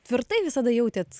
tvirtai visada jautėt